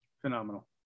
phenomenal